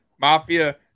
Mafia